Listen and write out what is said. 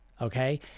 okay